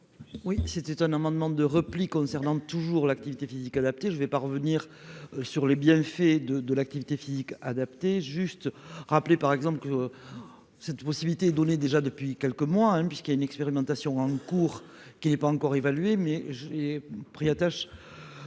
Oui c'était un amendement de repli concernant toujours l'activité physique adaptée, je vais pas revenir. Sur les bienfaits de de l'activité physique adaptée juste rappeler par exemple que. Cette possibilité donnée déjà depuis quelques mois hein puisqu'il y a une expérimentation en cours qui n'est pas encore évalué, mais j'ai pris attache.